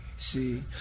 See